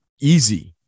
easy